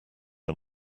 are